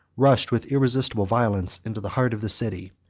rushed with irresistible violence into the heart of the city,